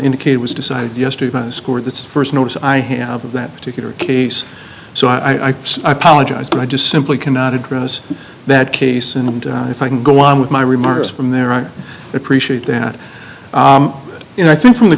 indicated was decided yesterday i scored the st notice i have of that particular case so i apologize but i just simply cannot address that case and if i can go on with my remarks from there on appreciate that you know i think from the